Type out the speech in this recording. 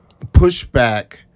pushback